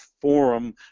forum